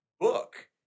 book